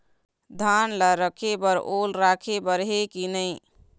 धान ला रखे बर ओल राखे बर हे कि नई?